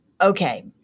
Okay